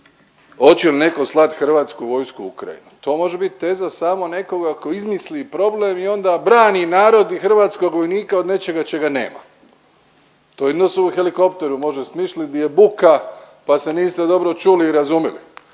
hoće li netko slat Hrvatsku vojsku u Ukrajinu. To može bit teza samo nekoga tko izmisli problem i onda brani narod i hrvatskog vojnika od nečega čega nema. To jedino se u helikopteru može smislit di je buka pa se niste dobro čuli i razumili